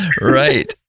right